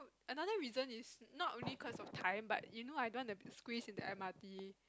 another reason is not only cause of time but you know I don't want to squeeze into M_R_T